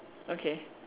okay